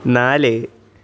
നാല്